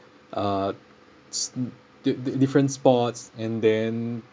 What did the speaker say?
uh s~ di~ different spots and then